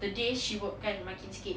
the day she worked kan makin sikit